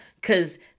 Cause